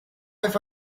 have